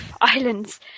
islands